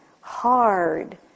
hard